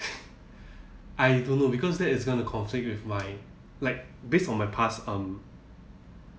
I don't know because there is going to conflict with my like based on my past um